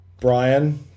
Brian